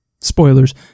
spoilers